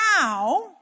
now